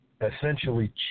essentially